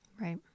Right